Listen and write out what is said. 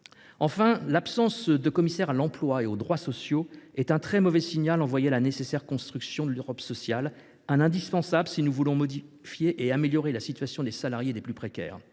Enfin, l’absence de commissaire à l’emploi et aux droits sociaux est un très mauvais signal envoyé à la nécessaire construction de l’Europe sociale, pourtant indispensable si nous voulons améliorer la situation des salariés et des plus précaires.